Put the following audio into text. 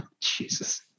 Jesus